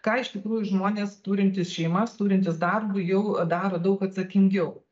ką iš tikrųjų žmonės turintys šeimas turintys darbu jau daro daug atsakingiau